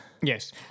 yes